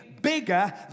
bigger